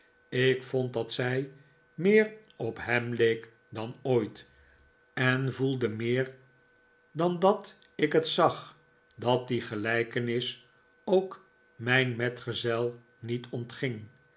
ik vond dat zij meer op hem leek dan ooit en voelde meer dan dat ik het zag dat die gelijkenis ook mijn metgezel niet ontging